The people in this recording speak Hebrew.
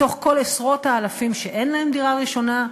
מתוך כל עשרות האלפים שאין להם דירה ראשונה,